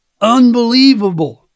unbelievable